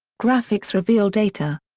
graphics reveal data.